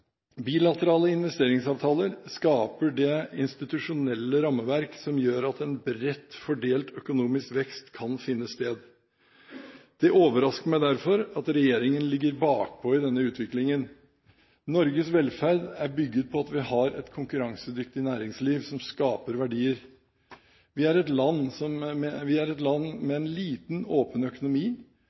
Bilaterale investeringsavtaler skaper det institusjonelle rammeverket som gjør at en bredt fordelt økonomisk vekst kan finne sted. Det overrasker meg derfor at regjeringen ligger bakpå i denne utviklingen. Norges velferd er bygget på at vi har et konkurransedyktig næringsliv som skaper verdier. Vi er et land med